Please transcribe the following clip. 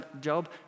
Job